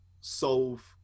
solve